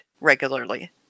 regularly